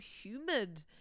humid